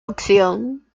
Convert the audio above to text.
opción